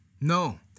No